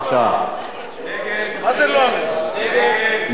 ההצעה להסיר מסדר-היום את הצעת חוק הפרשנות (תיקון,